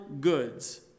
goods